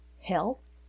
health